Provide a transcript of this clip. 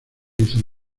hizo